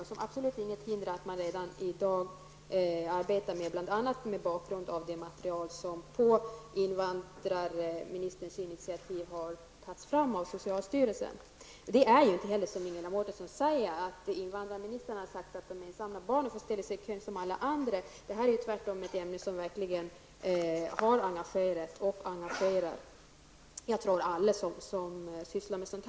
Det finns ingenting som hindrar att man redan i dag arbetar med ledning av det material som på invandrarministerns initiativ har tagits fram av socialstyrelsen. Det är heller inte som Ingela Mårtensson säger, att invandrarministern har sagt att de ensamma barnen bör ställa sig i kö som alla andra. Detta är tvärtom en fråga som har engagerat och engagerar alla som arbetar med detta.